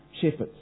shepherds